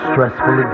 Stressful